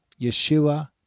Yeshua